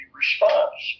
response